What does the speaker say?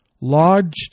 lodged